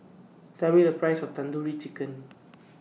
Tell Me The Price of Tandoori Chicken